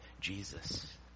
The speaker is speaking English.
Jesus